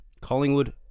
Collingwood